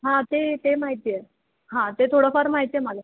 हां ते ते माहिती आहे हां ते थोडंफार माहिती आहे मला